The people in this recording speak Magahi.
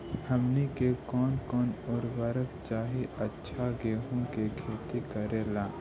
हमनी के कौन कौन उर्वरक चाही अच्छा गेंहू के खेती करेला?